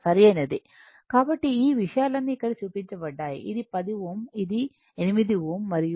సరైనది కాబట్టి ఈ విషయాలన్నీ ఇక్కడ చూపించబడ్డాయి ఇది 10 Ω ఇది j 8Ω మరియు r j XC